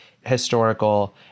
historical